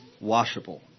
washable